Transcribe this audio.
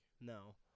No